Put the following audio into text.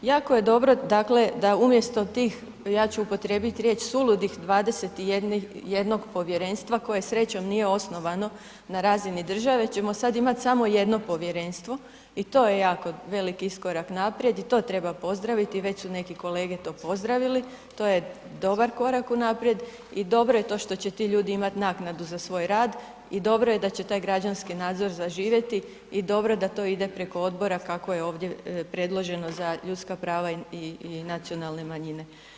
Jako je dobro, dakle, da umjesto tih, ja ću upotrijebiti riječ suludih, 21-og povjerenstva koje srećom nije osnovano, na razini države ćemo sad imat samo jedno povjerenstvo i to je jako veliki iskorak naprijed i to treba pozdraviti i već su neki kolege to pozdravili, to je dobar korak unaprijed i dobro je to što će ti ljudi imat naknadu za svoj rad i dobro je da će taj građanski nadzor zaživjeti i dobro da to ide preko odbora kako je ovdje predloženo za ljudska prava i nacionalne manjine.